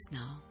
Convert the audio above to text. now